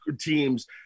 teams